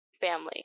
family